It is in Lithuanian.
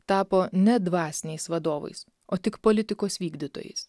tapo ne dvasiniais vadovais o tik politikos vykdytojais